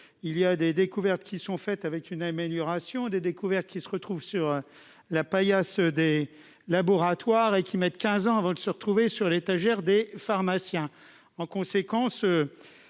il y a des découvertes qui sont faites avec une amélioration des découvertes qui se retrouvent sur la paillasse des laboratoires et qui mettent 15 ans avant de se retrouver sur l'étagère des pharmaciens en conséquence,